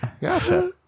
Gotcha